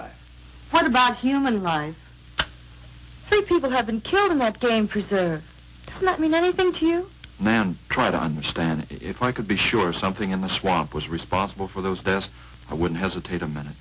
wildlife what about human life the people have been killed in that game preserve not mean anything to you man try to understand if i could be sure something in the swamp was responsible for those deaths i wouldn't hesitate a minute